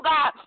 God